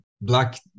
black